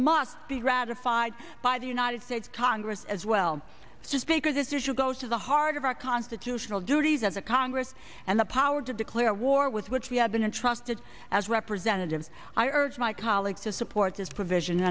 must be ratified by the united states congress as well just because this issue goes to the heart of our constitutional duties as a congress and the power to declare war with which we have been entrusted as representative i urge my colleagues to support this provision